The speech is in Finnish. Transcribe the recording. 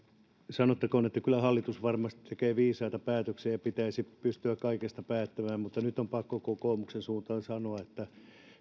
sanottakoon että kyllä hallitus varmasti tekee viisaita päätöksiä ja pitäisi pystyä kaikesta päättämään mutta nyt on pakko kokoomuksen suuntaan sanoa että